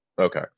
okay